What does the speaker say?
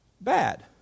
bad